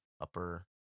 upper